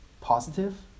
positive